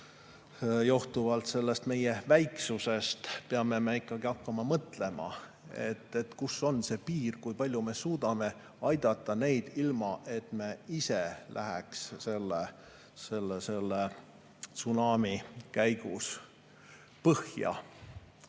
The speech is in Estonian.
johtuvalt meie väiksusest peame me ikkagi hakkama mõtlema, kus on see piir, kui palju me suudame aidata neid ilma, et me ise läheks selle tsunami käigus põhja.